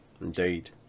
Indeed